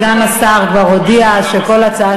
סגן השר כבר הודיע שכל הצעה